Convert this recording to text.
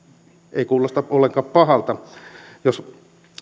ei kuulosta ollenkaan pahalta jos